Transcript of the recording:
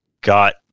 Got